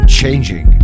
changing